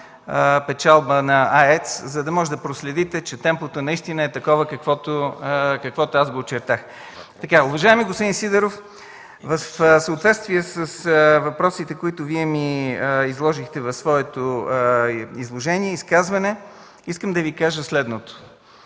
печалба на АЕЦ, за да може да проследите, че темпото наистина е такова, каквото го очертах. Уважаеми господин Сидеров, в съответствие с въпросите, които ми изложихте в своето изказване, искам да Ви кажа следното: